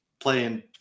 playing